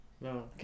No